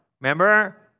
Remember